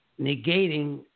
negating